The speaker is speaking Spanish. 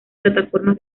plataformas